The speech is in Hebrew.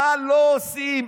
מה לא עושים?